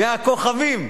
מהכוכבים.